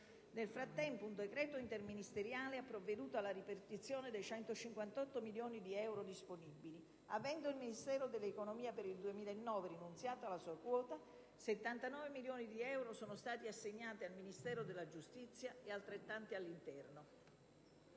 Nel frattempo, un decreto interministeriale ha provveduto alla ripartizione dei 158 milioni di euro disponibili. Avendo il Ministero dell'economia, per il 2009, rinunciato alla sua quota, 79 milioni di euro sono stati assegnati al Ministero della giustizia ed altrettanti risultano